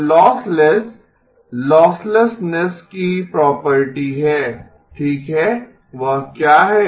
तो lossless losslessness की property है ठीक है वह क्या है